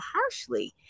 harshly